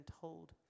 told